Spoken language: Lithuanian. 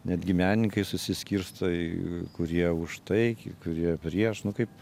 netgi menininkai susiskirsto kurie už tai kurie prieš nu kaip